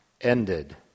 ended